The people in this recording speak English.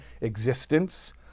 existence